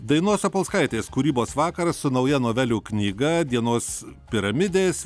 dainos opolskaitės kūrybos vakaras su nauja novelių knyga dienos piramidės